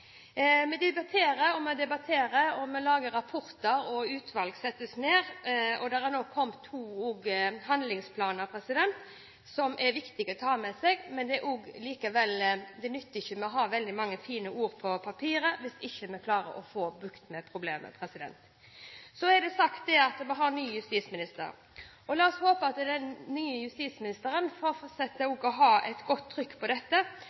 Vi debatterer, og vi debatterer, og vi lager rapporter, og utvalg settes ned, og nå er det også kommet to handlingsplaner som det er viktig å ta med seg. Men det nytter ikke å ha mange fine ord på papiret hvis vi ikke klarer å få bukt med problemet. Så er det sagt at vi har ny justisminister, og la oss håpe at den nye justisministeren kan fortsette å ha et godt trykk på dette.